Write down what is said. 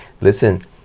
Listen